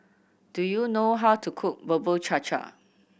do you know how to cook Bubur Cha Cha